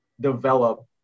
develop